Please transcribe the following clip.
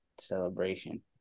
celebration